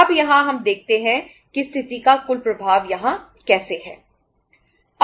अब यहाँ हम देखते हैं कि स्थिति का कुल प्रभाव यहाँ कैसे है